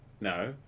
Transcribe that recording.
No